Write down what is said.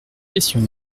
question